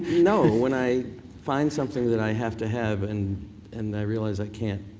no, when i find something that i have to have and and i realize i can't,